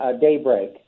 daybreak